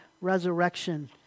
resurrection